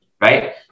Right